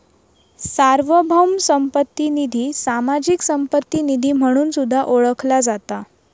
सार्वभौम संपत्ती निधी, सामाजिक संपत्ती निधी म्हणून सुद्धा ओळखला जाता